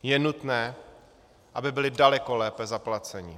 Je nutné, aby byli daleko lépe zaplaceni.